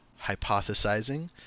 hypothesizing